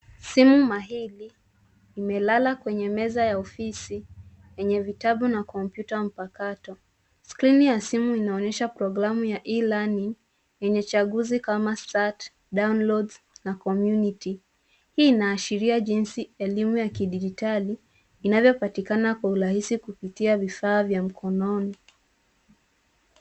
Simu mahiri imelala kwenye meza ya ofisi yenye vitabu na kompyuta mpakato. Skrini ya simu inaonyesha programu ya e-learning yenye chaguzi kama sat, downloads na community . Hii inaashiria jinsi elimu ya kidijitali inavyopatikana kwa urahisi kupitia vifaa vya mkononi.